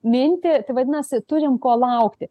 mintį tai vadinasi turim ko laukti